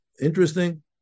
interesting